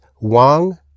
Wang